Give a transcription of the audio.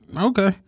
Okay